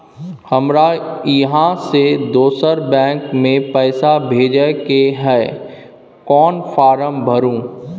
हमरा इहाँ से दोसर बैंक में पैसा भेजय के है, कोन फारम भरू?